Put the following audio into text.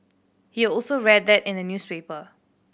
he also read that in the newspaper